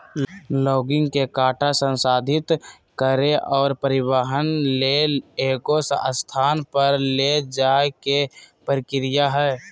logging के काटा संसाधित करे और परिवहन ले एगो स्थान पर ले जाय के प्रक्रिया हइ